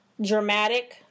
dramatic